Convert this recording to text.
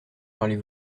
parlez